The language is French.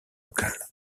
locale